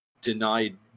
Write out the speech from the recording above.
denied